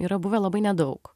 yra buvę labai nedaug